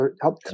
help